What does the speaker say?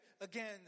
again